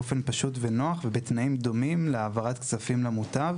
באופן פשוט ונוח ובתנאים דומים להעברת כספים למוטב